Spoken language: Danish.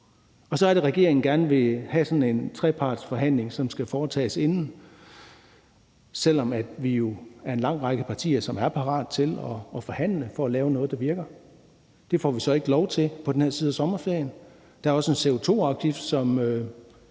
Så er det, regeringen gerne vil have sådan en trepartsforhandling, og at den skal foretages inden, selv om vi jo er en lang række partier, som er parate til at forhandle for at lave noget, der virker. Det får vi så ikke lov til på den her side af sommerferien. Der er også en CO2-afgift, som